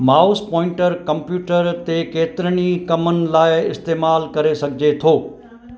mouse pointer computer ते केतिरनि ई कमनि लाइ इस्तेमालु करे सघिजे थो